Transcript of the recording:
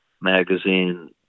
Magazine